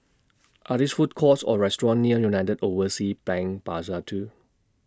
Are These Food Courts Or restaurants near United Overseas Bank Plaza two